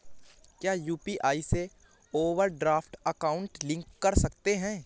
क्या यू.पी.आई से overdraft account link कर सकते हैं?